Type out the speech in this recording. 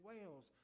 Wales